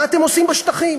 מה אתם עושים בשטחים?